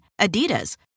Adidas